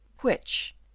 which